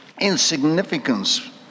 insignificance